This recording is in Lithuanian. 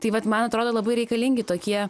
tai vat man atrodo labai reikalingi tokie